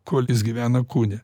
kol jis gyvena kūne